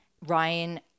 Ryan